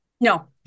No